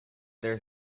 there